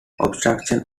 obstructions